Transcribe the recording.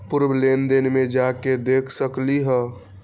पूर्व लेन देन में जाके देखसकली ह?